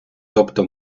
тобто